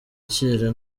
cyera